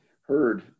heard